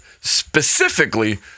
specifically